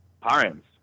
parents